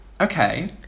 Okay